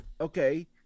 okay